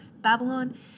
Babylon